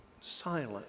silent